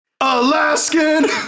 Alaskan